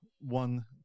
One